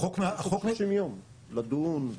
יש 60 ימים לדון.